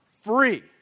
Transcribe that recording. free